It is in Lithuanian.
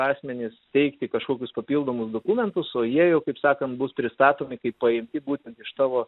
asmenys teikti kažkokius papildomus dokumentus o jie jau kaip sakant bus pristatomi kaip paimti būtent iš tavo